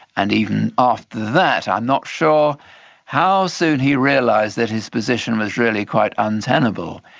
and even after that i'm not sure how soon he realised that his position was really quite untenable.